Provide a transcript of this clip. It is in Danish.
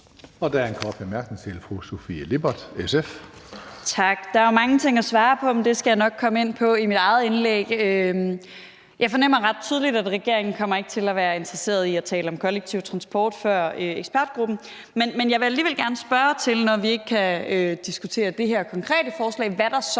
Fru Sofie Lippert, SF. Kl. 17:10 Sofie Lippert (SF): Tak. Der er jo mange ting at svare på, men det skal nok komme ind på i mit eget indlæg. Jeg fornemmer ret tydeligt, at regeringen ikke kommer til at være interesseret i at tale om kollektiv transport, før ekspertgruppen er færdig, men jeg vil alligevel gerne spørge til – når vi ikke kan diskutere det her konkrete forslag – hvad der så